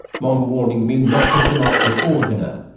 mom warning me not to fill up before dinner